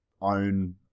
own